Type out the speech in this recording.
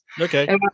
okay